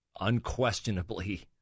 unquestionably